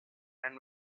and